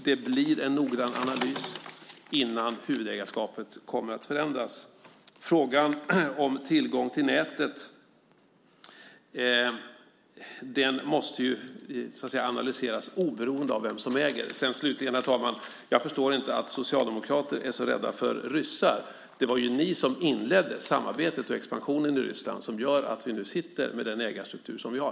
Det blir en noggrann analys innan huvudägarskapet förändras. Frågan om tillgång till nätet måste analyseras oberoende av vem som äger det. Slutligen, herr talman, förstår jag inte att Socialdemokraterna är så rädda för ryssar. Det var ni som inledde samarbetet och expansionen i Ryssland som gör att vi nu sitter med den ägarstruktur som vi har.